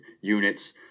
units